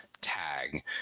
tag